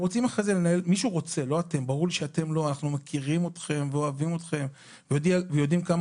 אנחנו מכירים אתכם ואוהבים אתכם ויודעים כמה